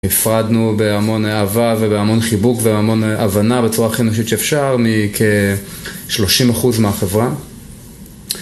נפרדנו בהמון אהבה ובהמון חיבוק ובהמון הבנה בצורה הכי אנושית שאפשר מכ-30% מהחברה